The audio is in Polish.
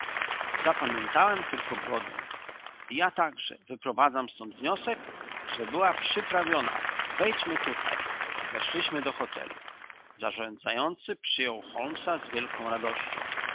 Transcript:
zapamiętałem tylko brodę i ja także wyprowadzam stąd wniosek że była przyprawiona wejdźmy tutaj weszliśmy do hotelu zarządzający przyjął holmesa z wielką radością